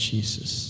Jesus